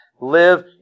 live